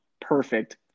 perfect